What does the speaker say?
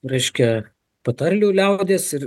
reiškia patarlių liaudies ir